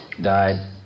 Died